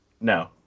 No